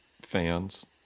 fans